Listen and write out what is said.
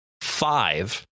Five